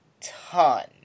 ton